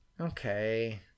okay